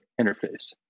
interface